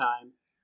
times